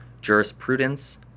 jurisprudence